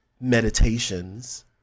meditations